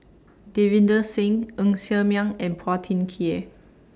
Davinder Singh Ng Ser Miang and Phua Thin Kiay